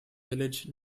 village